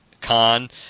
Khan